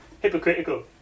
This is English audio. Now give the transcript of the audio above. hypocritical